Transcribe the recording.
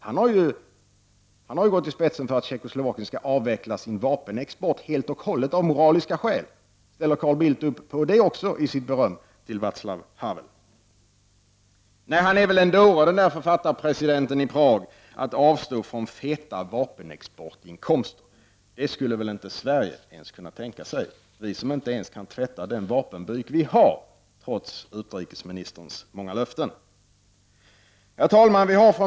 Han har ju gått i spetsen för att Tjeckoslovakien av moraliska skäl helt och hållet skall avveckla sin vapenexport. Ställer Carl Bildt upp även på detta, när han berömmer Vaclav Havel? Nej, han är väl en dåre den där författarpresidenten i Prag, när han vill avstå från feta vapenexportinkomster! Det skulle väl inte Sverige kunna tänka sig, Sverige som inte ens kan tvätta den vapenbyk som vi har — trots utrikesministerns många löften. Herr talman!